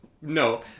No